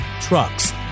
trucks